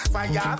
Fire